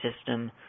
system